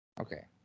Okay